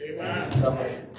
Amen